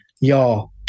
y'all